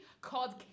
called